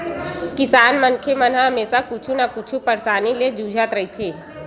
किसान मनखे मन हमेसा कुछु न कुछु परसानी ले जुझत रहिथे